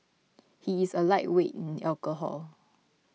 he is a lightweight in alcohol